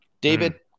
David